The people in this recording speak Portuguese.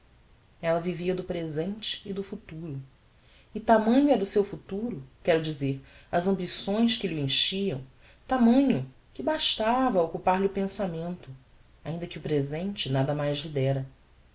ella vivia do presente e do futuro e tamanho era o seu futuro quero dizer as ambições que lh'o enchiam tamanho que bastava a occupar lhe o pensamento ainda que o presente nada mais